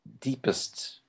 deepest